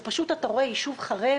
אתה רואה יישוב חרב.